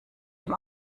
dem